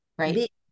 Right